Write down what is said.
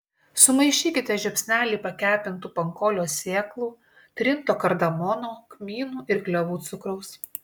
sumaišykite žiupsnelį pakepintų pankolio sėklų trinto kardamono kmynų ir klevų cukraus